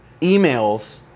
emails